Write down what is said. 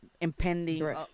impending